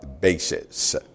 basis